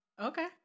Okay